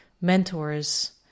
mentors